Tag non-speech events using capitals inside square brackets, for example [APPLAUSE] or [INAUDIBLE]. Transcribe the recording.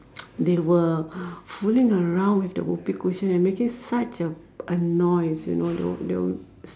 [NOISE] they were fooling around with the Whoopee cushion and making such a a noise you know they were they were s~